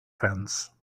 fence